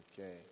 Okay